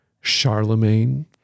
Charlemagne